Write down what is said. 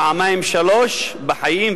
פעמיים או שלוש פעמים בחיים,